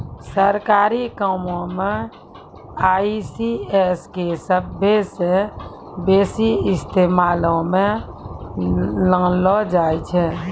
सरकारी कामो मे ई.सी.एस के सभ्भे से बेसी इस्तेमालो मे लानलो जाय छै